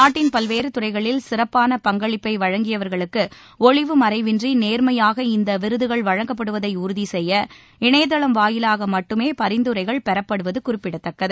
நாட்டில் பல்வேறு துறைகளில் சிறப்பான பங்களிப்பை வழங்கியவர்களுக்கு ஒளிவுமறைவின்றி நேர்மையாக இந்த விருதுகள் வழங்கப்படுவதை உறுதிசெய்ய இணையதளம் வாயிலாக மட்டுமே பரிந்துரைகள் பெறப்படுவது குறிப்பிடத்தக்கது